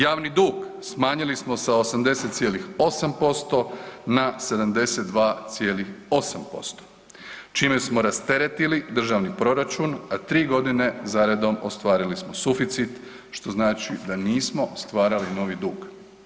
Javni dug smanjili smo sa 88,8% na 72,8% čime smo rasteretili državni proračun, a tri godine za redom ostvarili smo suficit, što znači da nismo stvarali novi dug.